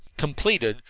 completed,